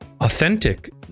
authentic